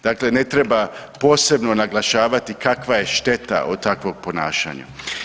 Dakle, ne treba posebno naglašavati kakva je šteta od takvog ponašanja.